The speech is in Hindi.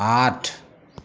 आठ